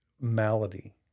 malady